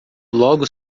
logo